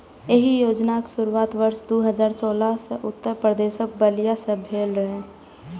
एहि योजनाक शुरुआत वर्ष दू हजार सोलह मे उत्तर प्रदेशक बलिया सं भेल रहै